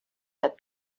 had